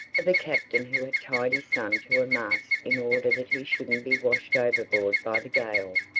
of a captain who had tied his son to a mast in order that he shouldn't be washed overboard by the gale.